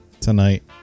tonight